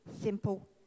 simple